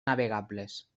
navegables